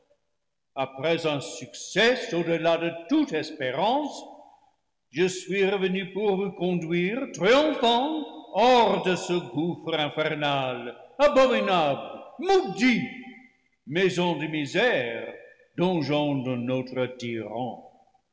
après un succès au-delà de toute espérance je suis revenu pour vous conduire triomphants hors de ce gouffre infernal abominable maudit maison de misère donjon de notre tyran